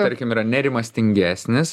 tarkim yra nerimastingesnis